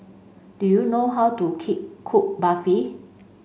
do you know how to key cook Barfi